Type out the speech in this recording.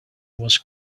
was